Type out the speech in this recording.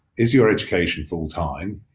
is your education full time?